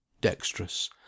Dexterous